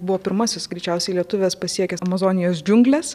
buvo pirmasis greičiausiai lietuvės pasiekęs amazonijos džiungles